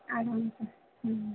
और हम हूं